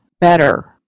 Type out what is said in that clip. better